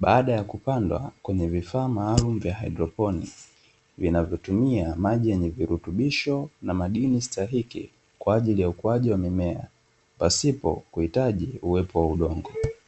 baada ya kupandwa kwenye vifaa maalumu vya haidroponi; vinavyotumia maji yenye virutubisho na madini stahiki, kwa ajili ya ukuaji wa mimea pasipo kuhitaji uwepo wa udongo.